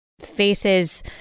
faces